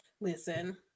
Listen